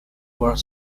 were